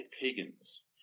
pagans